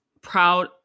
proud